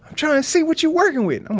i'm tryin' to see what you're working with. i'm